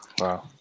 Wow